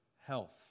health